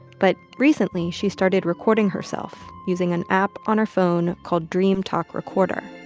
but recently, she started recording herself using an app on her phone called dream talk recorder